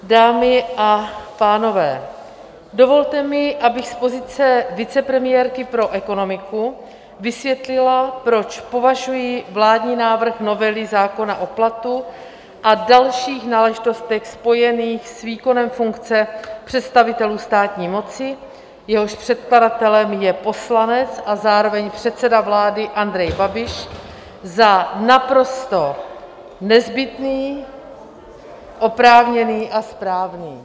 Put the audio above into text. Dámy a pánové, dovolte mi, abych z pozice vicepremiérky pro ekonomiku vysvětlila, proč považuji vládní návrh novely zákona o platu a dalších náležitostech spojených s výkonem funkce představitelů státní moci, jehož předkladatelem je poslanec a zároveň předseda vlády Andrej Babiš, za naprosto nezbytný, oprávněný a správný.